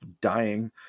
dying